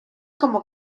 como